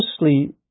mostly